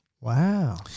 Wow